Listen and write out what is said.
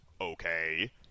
okay